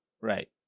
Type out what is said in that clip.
Right